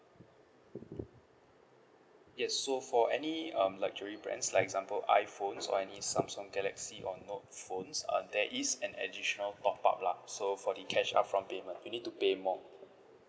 yes so for any um luxury brands like example iphone Xiaomi Samsung galaxy or note phones uh there is an additional top up lah so for the cash up front payment you need to pay more